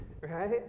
right